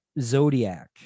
Zodiac